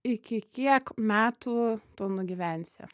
iki kiek metų tu nugyvensi